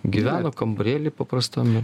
gyveno kambarėly paprastam ir